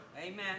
Amen